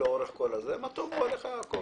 לאורך כל האוטובוס מה טובו אוהליך יעקב,